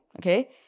Okay